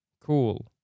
Cool